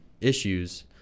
issues